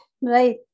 Right